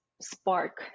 spark